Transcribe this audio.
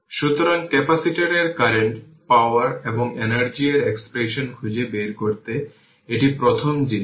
সুতরাং ক্যাপাসিটরের current power এবং এনার্জি এর এক্সপ্রেশন খুঁজে বের করতে এটি প্রথম জিনিস